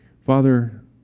Father